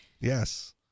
Yes